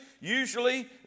usually